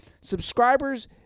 subscribers